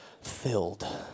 filled